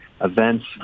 events